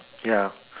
ya